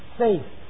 faith